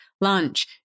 lunch